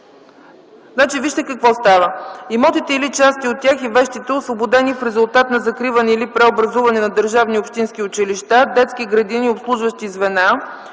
смисъл. Ето какво става: „Имотите или части от тях и вещите, освободени в резултат на закриване или преобразуване на държавни и общински училища, детски градини, обслужващи звена,